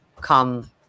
come